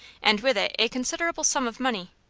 and with it a considerable sum of money.